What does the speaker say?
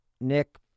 Nick